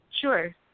Sure